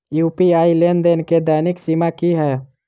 UPI लेनदेन केँ दैनिक सीमा की है?